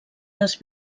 les